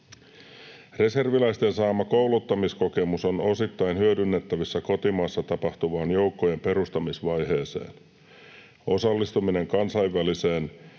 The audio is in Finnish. Reserviläisten saama kouluttamiskokemus on osittain hyödynnettävissä kotimaassa tapahtuvaan joukkojen perustamisvaiheeseen. Osallistuminen kansainväliseen